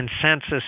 consensus